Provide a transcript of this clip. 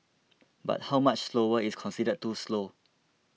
but how much slower is considered too slow